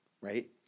right